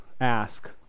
ask